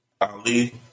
Ali